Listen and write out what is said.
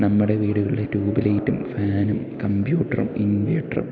നമ്മടെ വീടുകളിലെ ട്യൂബ് ലൈറ്റും ഫാനും കമ്പ്യൂട്ടറും ഇൻവേട്ടറും